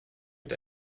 mit